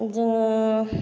बिदिनो